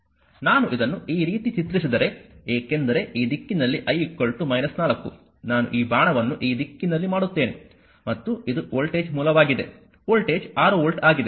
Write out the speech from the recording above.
ನಾನು ಇದನ್ನು ಈ ರೀತಿ ಚಿತ್ರಿಸಿದರೆ ಏಕೆಂದರೆ ಈ ದಿಕ್ಕಿನಲ್ಲಿ I 4 ನಾನು ಈ ಬಾಣವನ್ನು ಈ ದಿಕ್ಕಿನಲ್ಲಿ ಮಾಡುತ್ತೇನೆ ಮತ್ತು ಇದು ವೋಲ್ಟೇಜ್ ಮೂಲವಾಗಿದೆ ವೋಲ್ಟೇಜ್ 6 ವೋಲ್ಟ್ ಆಗಿದೆ